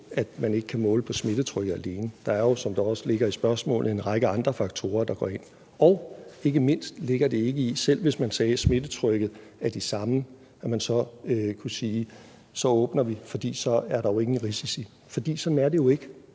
at man ikke kan måle på smittetrykket alene. Der er jo, som det også ligger i spørgsmålet, en række andre faktorer, der spiller ind. Og – ikke mindst – kan man ikke, selv hvis man sagde, at smittetrykket var det samme, sige: Så åbner vi, fordi så er der jo ingen risici. For sådan er det jo ikke.